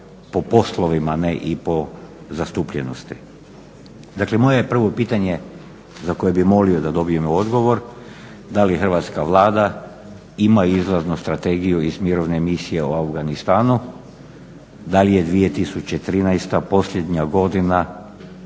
po poslovima, a ne i po zastupljenosti. Dakle, moje je prvo pitanje za koje bih molio da dobijem odgovor da li hrvatska Vlada ima izlaznu strategiju iz mirovne misije u Afganistanu? Da li je 2013. posljednja godina